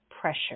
pressure